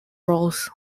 roles